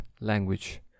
language